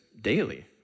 daily